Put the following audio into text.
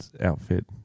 outfit